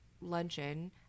luncheon